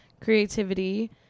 Creativity